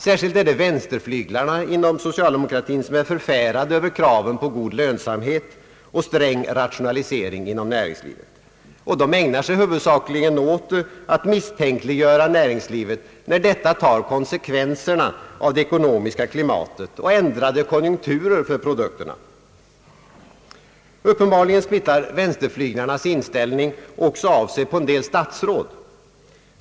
Särskilt är det vänsterflyglarna inom socialdemokratin som är förfärade över kraven på god lönsamhet och sträng rationalisering inom näringslivet. De ägnar sig huvudsakligen åt att misstänkliggöra näringslivet, när detta tar konsekvenserna av det ekonomiska klimatet och av ändrade konjunkturer för produkterna. Uppenbarligen smittar vänsterflyglarnas inställning också av sig på en del statsråd.